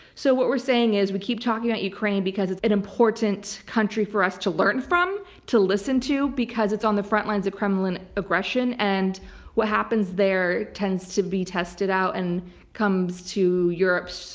so what we're saying is we keep talking about ukraine because it's an important country for us to learn from, to listen to, because it's on the front lines of kremlin aggression, and what happens there tends to be tested out and comes to europe,